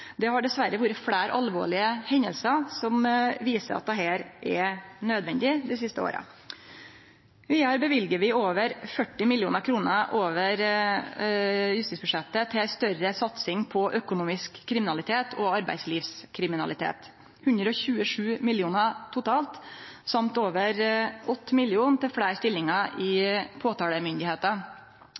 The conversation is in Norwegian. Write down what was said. Det har dessverre vore fleire alvorlege hendingar dei siste åra som viser at dette er nødvendig. Vidare løyver vi over 40 mill. kr over justisbudsjettet til ei større satsing på kampen mot økonomisk kriminalitet og arbeidslivskriminalitet, 127 mill. kr totalt, og over 8 mill. kr til fleire stillingar i